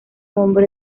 hombre